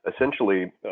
essentially